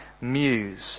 Muse